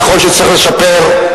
נכון שצריך לשפר,